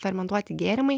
fermentuoti gėrimai